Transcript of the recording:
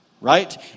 Right